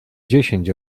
dziesięć